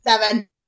Seven